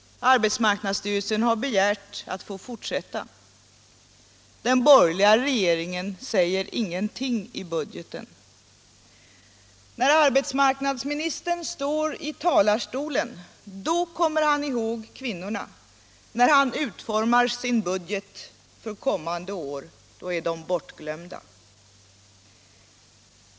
Arbetsmarknadsstyrelsen har begärt att få fortsätta. Den borgerliga regeringen säger ingenting i budgeten. När arbetsmarknadsministern står i talarstolen, då kommer han ihåg kvinnorna. När han utformar sin budget för kommande år är de bortglömda.